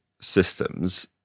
systems